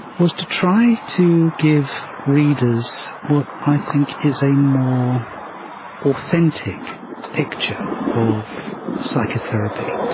was to try to give readers what i think is a more authentic picture of psychotherapy.